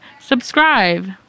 Subscribe